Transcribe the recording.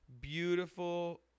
beautiful